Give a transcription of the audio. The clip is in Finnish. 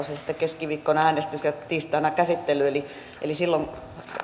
se sitten keskiviikkona äänestys ja tiistaina käsittely eli eli silloin